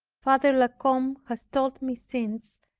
father la combe has told me since,